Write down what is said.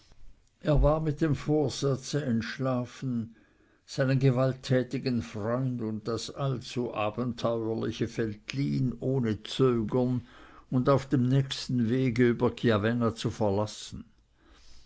er war mit dem vorsatze entschlafen seinen gewalttätigen freund und das allzu abenteuerliche veltlin ohne zögern und auf dem nächsten wege über chiavenna zu verlassen